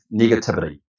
negativity